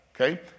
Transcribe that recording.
Okay